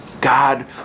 God